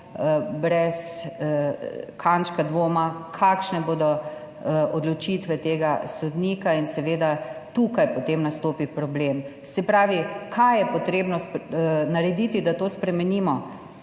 brez kančka dvoma, kakšne bodo odločitve tega sodnika. In seveda tukaj potem nastopi problem. Kaj je potrebno narediti, da to spremenimo?